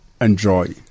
enjoy